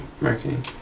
marketing